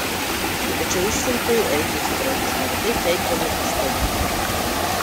tačiau išrinktojo elgesį draugės neretai peikdavo iš pavydo